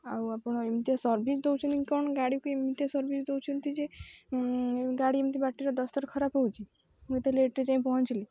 ଆଉ ଆପଣ ଏମିତି ସର୍ଭିସ୍ ଦେଉଛନ୍ତି କ'ଣ ଗାଡ଼ିକୁ ଏମିତି ସର୍ଭିସ୍ ଦେଉଛନ୍ତି ଯେ ଗାଡ଼ି ଏମିତି ବାଟରେ ଦଶ୍ଥର ଖରାପ୍ ହେଉଛି ମୁଁ ଏତେ ଲେଟ୍ରେ ଯାଇ ପହଁଞ୍ଚିଲି